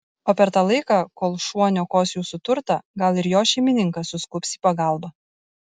o per tą laiką kol šuo niokos jūsų turtą gal ir jo šeimininkas suskubs į pagalbą